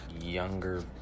younger